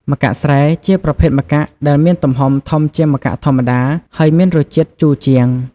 ម្កាក់ស្រែ ជាប្រភេទម្កាក់ដែលមានទំហំធំជាងម្កាក់ធម្មតា ហើយមានរសជាតិជូរជាង។